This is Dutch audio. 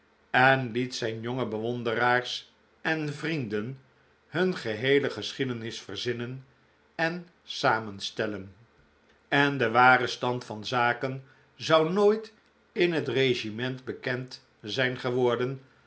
en liet zijn jonge bewonderaars en vrienden hun geheele geschiedenis verzinnen en samenstellen en de ware stand van zaken zou nooit in het regiment bekend zijn geworden